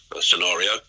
scenario